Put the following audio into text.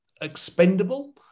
expendable